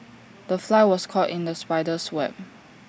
the fly was caught in the spider's web